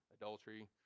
adultery